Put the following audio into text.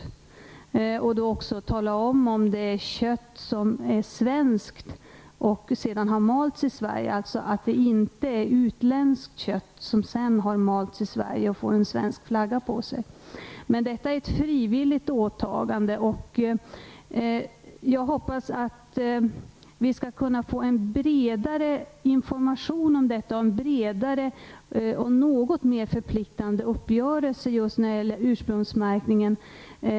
Man kommer då också att ange om det rör sig om svenskt kött som har malts i Sverige och alltså inte utländskt kött som har malts i Sverige och sedan märkts med en svensk flagga. Men detta är ett frivilligt åtagande. Jag hoppas att vi skall kunna få en bredare information och kunna uppnå en något mer förplikande uppgörelse just när det gäller ursprungsmärkningen.